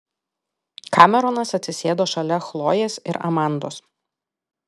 kameronas atsisėdo šalia chlojės ir amandos